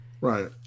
Right